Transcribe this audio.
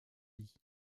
lit